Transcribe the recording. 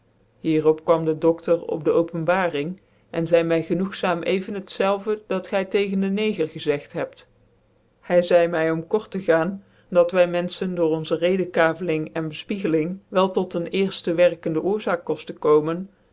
op kwam de door op dc openbaring en zcide my genoegzaam even het zelve dat gy tcgens dc neger gezegt hebt hy zcide my om kort tc gaan dat wy mcnfchcn door onze redenkavcling cn bcfpicgeling wel tot een cerfte verkende oorzaak koftcn komen